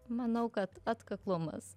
manau kad atkaklumas